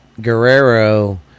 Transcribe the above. Guerrero